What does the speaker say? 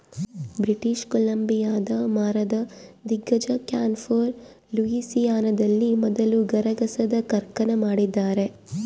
British ಕೊಲಂಬಿಯಾದ ಮರದ ದಿಗ್ಗಜ ಕ್ಯಾನ್ಫೋರ್ ಲೂಯಿಸಿಯಾನದಲ್ಲಿ ಮೊದಲ ಗರಗಸದ ಕಾರ್ಖಾನೆ ಮಾಡಿದ್ದಾರೆ